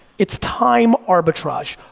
it's time arbitrage.